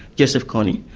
joseph kony.